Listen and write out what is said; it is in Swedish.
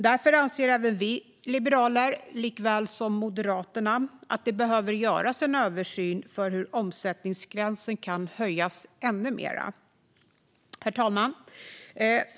Därför anser även vi liberaler, likaväl som Moderaterna, att det behöver göras en översyn av hur omsättningsgränsen kan höjas ännu mer. Herr talman!